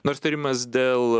nors tyrimas dėl